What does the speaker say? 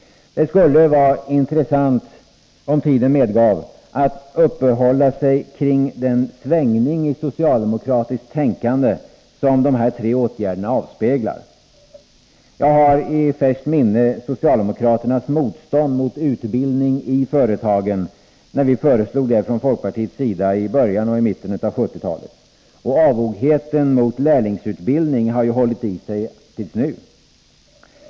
Det skulle vara intressant att, om tiden medgav, uppehålla sig kring den svängning i socialdemokratiskt tänkande som dessa tre åtgärder avspeglar. Jag har i färskt minne socialdemokraternas motstånd mot utbildning i företagen när folkpartiet föreslog det i början och mitten av 1970-talet. Och avogheten mot lärlingsutbildningen har ju hållit i sig tills nu.